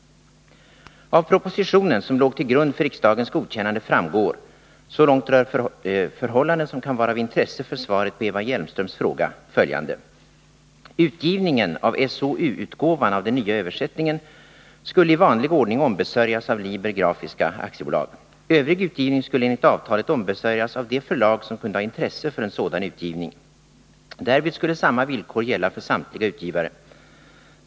Av propositionen som låg till grund för riksdagens godkännade framgår, så långt rör förhållanden som kan vara av intresse för svaret på Eva Hjelmströms fråga, följande. Utgivningen av SOU-utgåvan av den nya översättningen skulle i vanlig ordning ombesörjas av Liber Grafiska AB. Övrig utgivning skulle enligt avtalet ombesörjas av de förlag som kunde ha intresse av en sådan utgivning. Därvid skulle samma villkor gälla för samtliga utgivare.